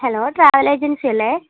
hello travel agency അല്ലെ